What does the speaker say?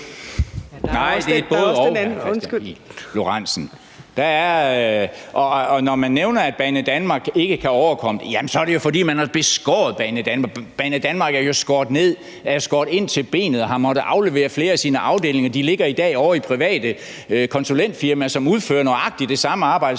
Lorentzen. Når det bliver nævnt, at Banedanmark ikke kan overkomme det, vil jeg sige, at det jo er, fordi man har beskåret Banedanmark. Man har skåret ind til benet hos Banedanmark, og de har måttet aflevere flere af deres afdelinger. De ligger i dag ovre i private konsulentfirmaer, som udfører nøjagtig det samme arbejde,